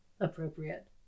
appropriate